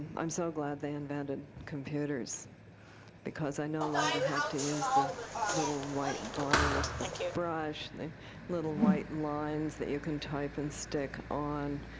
i'm so glad they invented computers because i no longer have to use the little white bottle with the brush and the little white lines that you can type and stick on.